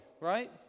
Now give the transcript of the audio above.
right